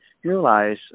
realize